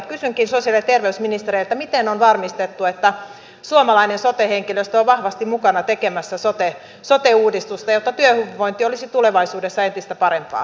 kysynkin sosiaali ja terveysministeriltä miten on varmistettu että suomalainen sote henkilöstö on vahvasti mukana tekemässä sote uudistusta jotta työhyvinvointi olisi tulevaisuudessa entistä parempaa